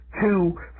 Two